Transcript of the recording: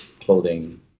clothing